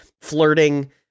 flirting